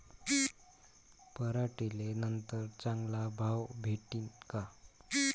पराटीले नंतर चांगला भाव भेटीन का?